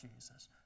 Jesus